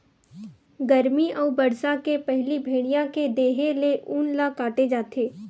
गरमी अउ बरसा के पहिली भेड़िया के देहे ले ऊन ल काटे जाथे